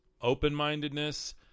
Open-mindedness